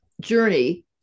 journey